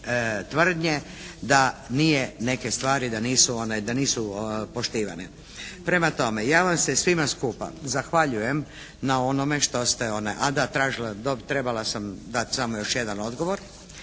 tvrdnje da nije neke stvari da nisu poštivane. Prema tome, ja vam se svima skupa zahvaljujem na onome što ste, a da, tražila je, trebala sam dat samo još jedan odgovor.